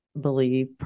believe